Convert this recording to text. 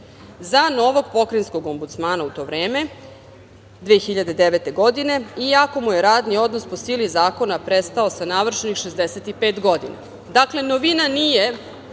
za novog pokrajinskog Ombudsmana u to vreme, 2009. godine, iako mu je radni odnos po sili zakona prestao sa navršenih 65 godina. Dakle, novina nije